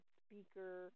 speaker